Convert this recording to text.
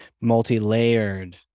Multi-layered